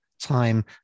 time